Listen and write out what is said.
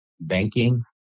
banking